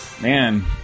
Man